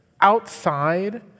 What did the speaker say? outside